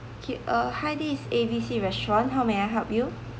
okay uh hi this is A B C restaurant how may I help you